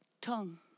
tongue